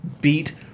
beat